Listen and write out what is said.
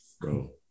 Bro